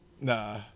Nah